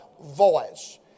voice